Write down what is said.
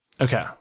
Okay